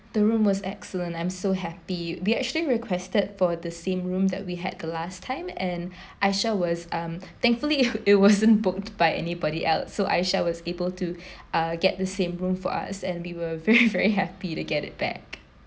the room was excellent I'm so happy we actually requested for the same room that we had the last time and aishah was um thankfully it it wasn't booked by anybody else so aishah was able to uh get the same room for us and we were very very happy to get it back